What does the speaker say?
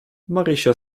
marysia